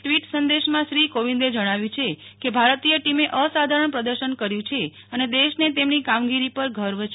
tweet સંદેશમાં શ્રી કોવીનદે જણાવ્યું છે કે ભારતીય ટીમે અસાધારણ પ્રદર્શન કર્યું છે અને દેશને તેમની કામગીરી પર ગર્વ છે